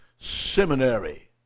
seminary